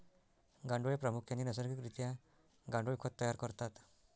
गांडुळे प्रामुख्याने नैसर्गिक रित्या गांडुळ खत तयार करतात